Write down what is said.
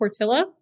Portilla